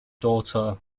daughter